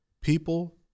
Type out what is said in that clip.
People